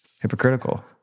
hypocritical